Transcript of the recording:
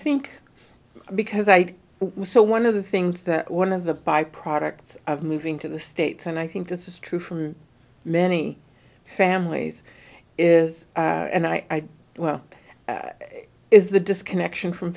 think because i was so one of the things that one of the by products of moving to the states and i think this is true from many families is and i well it is the disconnection from